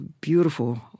beautiful